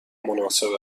مناسب